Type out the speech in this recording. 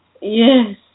yes